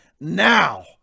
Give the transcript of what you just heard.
Now